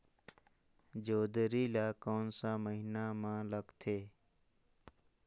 जोंदरी ला कोन सा महीन मां लगथे?